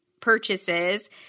purchases